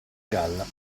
galla